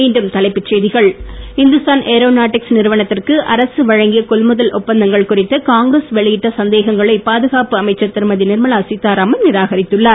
மீண்டும் தலைப்புச் செய்திகள் இந்துஸ்தான் ஏரோநாட்டிக்ஸ் நிறுவனத்திற்கு அரசு வழங்கிய கொள்முதல் ஒப்பந்தங்கள் குறித்து காங்கிரஸ் வெளியிட்ட சந்தேகங்களை பாதுகாப்பு அமைச்சர் திருமதி நிர்மலா சீத்தாராமன் நிராகரித்துள்ளார்